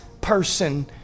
person